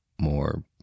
more